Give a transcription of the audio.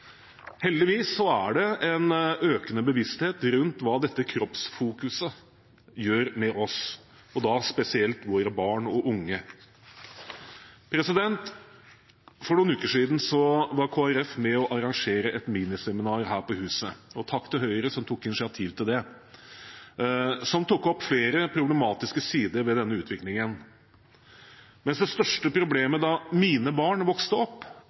er det en økende bevissthet rundt hva dette kroppsfokuset gjør med oss, og da spesielt våre barn og unge. For noen uker siden var Kristelig Folkeparti med og arrangerte et miniseminar her på huset – og takk til Høyre som tok initiativ til det – som tok opp flere problematiske sider ved denne utviklingen. Mens det største problemet da mine barn vokste opp,